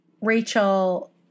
Rachel